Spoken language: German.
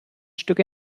stück